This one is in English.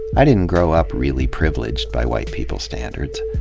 i didn't grow up really privileged, by white people standards.